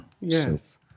Yes